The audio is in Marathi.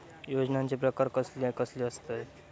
योजनांचे प्रकार कसले कसले असतत?